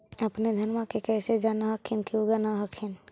अपने धनमा के कैसे जान हखिन की उगा न हखिन?